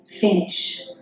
finish